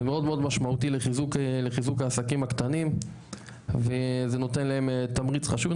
זה מאוד משמעותי לחיזוק העסקים הקטנים וזה נותן להם תמריץ חשוב.